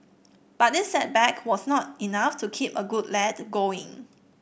but this setback was not enough to keep a good lad going